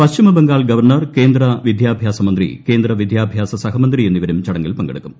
പശ്ചിമ Bengal governor കേന്ദ്ര വിദ്യാഭ്യാസ മന്ത്രി കേന്ദ്രവിദ്യാഭ്യാസ സഹമന്ത്രി എന്നിവരും ചടങ്ങിൽ പങ്കെടുക്കും